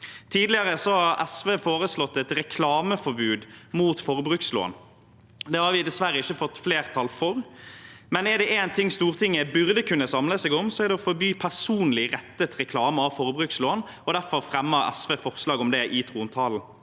Tidligere har SV foreslått et reklameforbud mot forbrukslån. Det har vi dessverre ikke fått flertall for, men er det én ting Stortinget burde kunne samle seg om, er det å forby personlig rettet reklame for forbrukslån. Derfor fremmer SV forslag om det i trontaledebatten.